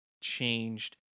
changed